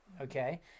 Okay